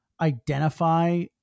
identify